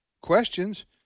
questions